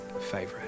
favorite